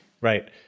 Right